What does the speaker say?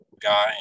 guy